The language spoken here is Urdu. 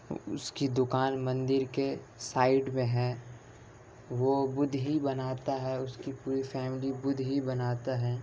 اس کی دکان مندر کے سائڈ میں ہے وہ بدھ ہی بناتا ہے اس کی پوری فیملی بدھ ہی بناتا ہے